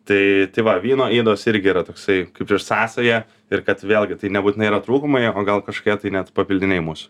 tai tai va vyno ydos irgi yra toksai kaip ir sąsaja ir kad vėlgi tai nebūtinai yra trūkumai o gal kažkokie tai net papildiniai mūsų